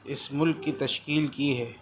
اس ملک کی تشکیل کی ہے